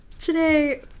Today